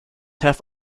have